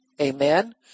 Amen